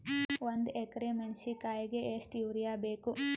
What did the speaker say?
ಒಂದ್ ಎಕರಿ ಮೆಣಸಿಕಾಯಿಗಿ ಎಷ್ಟ ಯೂರಿಯಬೇಕು?